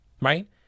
right